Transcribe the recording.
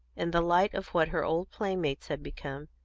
in the light of what her old playmates had become,